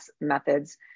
methods